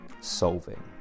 solving